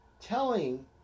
Telling